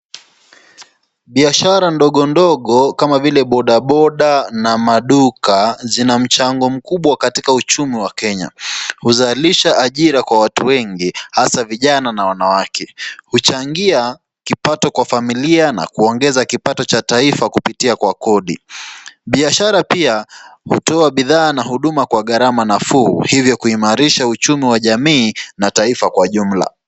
Biashara ndogo ndogo kama vile bodaboda na maduka zina mchango mkubwa katika uchumi wa Kenya. Huzalisha ajira kwa watu wengi hasa vijana na wamama. Huchangia kipato kwa familia na kuongeza kipato cha taifa kupitia kwa kodi. Biashara pia hutoa bidhaa na huduma kwa gharama nafuu hivo kuimarisha uchumi wa jamii na taifa kwa jumla.